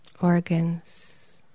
organs